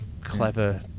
clever